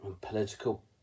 political